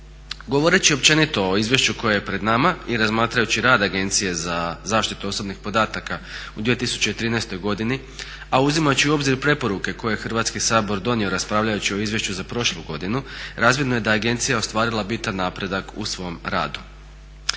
Govoreći općenito o izvješću koje je pred nama i razmatrajući rad Agencije za zaštitu osobnih podataka u 2013. godini, a uzimajući u obzir preporuke koje je Hrvatski sabor donio raspravljajući o izvješću za prošlu godinu, razvidno je da je agencija ostvarila bitan napredak u svom radu.